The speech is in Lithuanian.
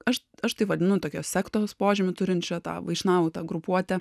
aš aš tai vadinu tokios sektos požymių turinčią tą vaišnau tą grupuotę